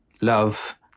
love